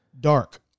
Dark